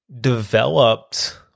developed